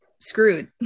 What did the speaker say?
screwed